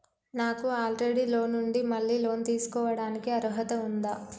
నాకు already loan ఉండి మళ్ళీ లోన్ తీసుకోవడానికి అర్హత ఉందా?